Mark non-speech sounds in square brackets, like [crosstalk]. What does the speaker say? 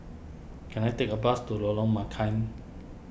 can I take a bus to Lorong [unintelligible]